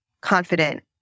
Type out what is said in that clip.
confident